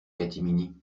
catimini